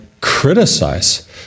criticize